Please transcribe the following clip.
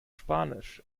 spanisch